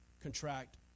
contract